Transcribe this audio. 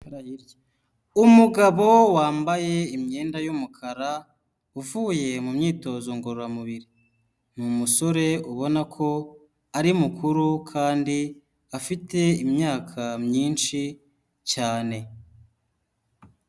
Umugabo wambaye imyenda y'umukara uvuye mu myitozo ngororamubiri n'umusore ubona ko ari mukuru kandi afite imyaka myinshi cyane.